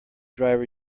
driver